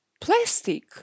plastic